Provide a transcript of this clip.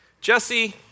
Jesse